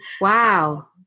Wow